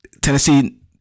Tennessee